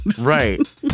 Right